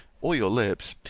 or your lips,